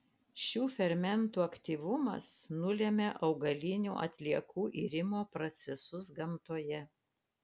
šių fermentų aktyvumas nulemia augalinių atliekų irimo procesus gamtoje